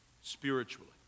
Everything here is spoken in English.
spiritually